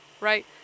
right